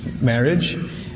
marriage